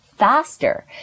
faster